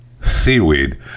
seaweed